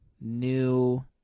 New